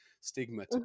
stigma